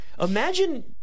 Imagine